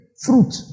fruit